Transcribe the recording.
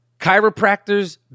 Chiropractors